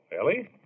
Ellie